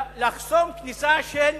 ידעתי שאתה רוצה להגיד לי משהו.